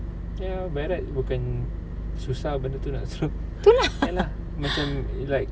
ya by right bukan susah benda tu nak ya lah macam like